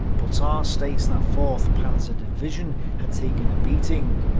but ah states that fourth panzer division had taken a beating,